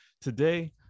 today